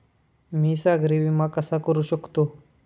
मी सागरी विमा कसा करू शकतो?